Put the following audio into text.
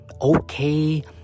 okay